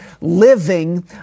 living